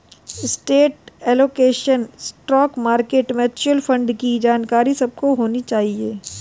asset allocation, stock market, mutual fund की जानकारी सबको होनी चाहिए